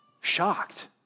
shocked